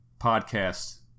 podcast